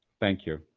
thank you.